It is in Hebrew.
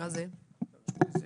למשל